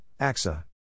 AXA